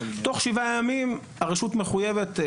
תוך שבעה ימים הרשות מחויבת,